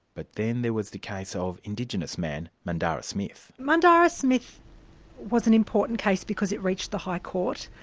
but then there was the case of indigenous man, mundarra smith. mundarra smith was an important case because it reached the high court.